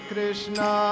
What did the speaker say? Krishna